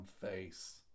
face